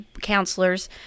counselors